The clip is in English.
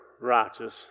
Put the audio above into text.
righteous